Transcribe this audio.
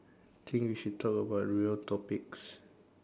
think we should talk about real topics